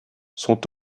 sont